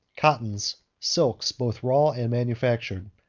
cottons, silks, both raw and manufactured,